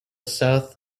south